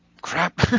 Crap